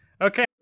Okay